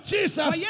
Jesus